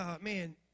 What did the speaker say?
man